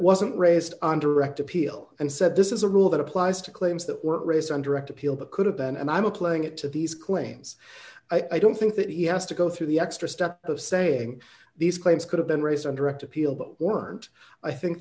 wasn't raised on direct appeal and said this is a rule that applies to claims that were raised under act appeal that could have been and i'm applying it to these claims i don't think that he has to go through the extra step of saying these claims could have been raised under appeal but weren't i think